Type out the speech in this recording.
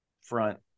front